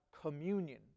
communion